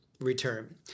return